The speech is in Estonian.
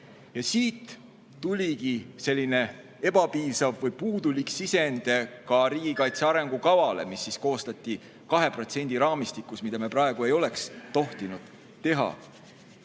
Siit tuligi selline ebapiisav või puudulik sisend ka riigikaitse arengukavale, mis koostati 2% raamistikus, mida me praegu ei oleks tohtinud teha.